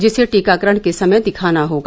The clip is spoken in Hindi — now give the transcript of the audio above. जिसे टीकाकरण के समय दिखाना होगा